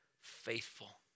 faithful